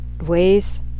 ways